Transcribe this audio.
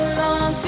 long